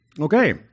Okay